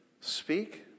speak